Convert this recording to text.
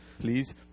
Please